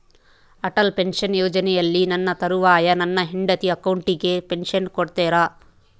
Atal pension ಯೋಜನೆಯಲ್ಲಿ ನನ್ನ ತರುವಾಯ ನನ್ನ ಹೆಂಡತಿ ಅಕೌಂಟಿಗೆ ಪೆನ್ಶನ್ ಕೊಡ್ತೇರಾ?